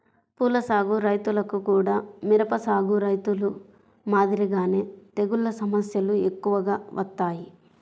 పూల సాగు రైతులకు గూడా మిరప సాగు రైతులు మాదిరిగానే తెగుల్ల సమస్యలు ఎక్కువగా వత్తాయి